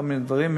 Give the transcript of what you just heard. כל מיני דברים,